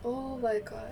oh my god